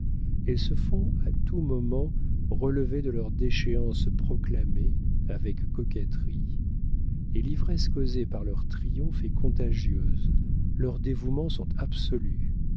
elles se font à tout moment relever de leur déchéance proclamée avec coquetterie et l'ivresse causée par leurs triomphes est contagieuse leurs dévouements sont absolus